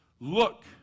Look